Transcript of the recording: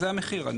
זה המחיר.